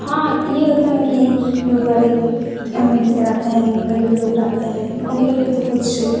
हाँ ये होता है ना कि जो गरीब जैसे रहते हैं गरीब लोग रहते हैं उनके लिए तो कुछ